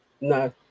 no